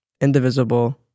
indivisible